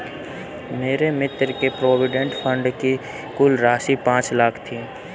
मेरे मित्र के प्रोविडेंट फण्ड की कुल राशि पचास लाख थी